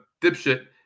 dipshit